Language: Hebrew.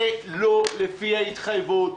זה לא לפי ההתחייבות,